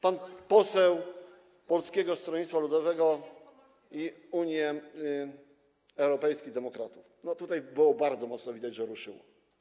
Pan poseł Polskiego Stronnictwa Ludowego i Unii Europejskich Demokratów - było bardzo mocno widać, że ruszyło.